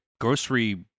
grocery